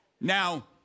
now